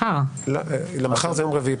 עד כמה שבדקתי, מחר זה יום רביעי.